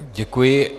Děkuji.